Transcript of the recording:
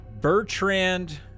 Bertrand